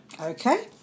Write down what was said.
Okay